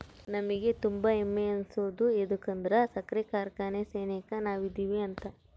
ನಮಿಗೆ ತುಂಬಾ ಹೆಮ್ಮೆ ಅನ್ಸೋದು ಯದುಕಂದ್ರ ಸಕ್ರೆ ಕಾರ್ಖಾನೆ ಸೆನೆಕ ನಾವದಿವಿ ಅಂತ